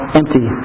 empty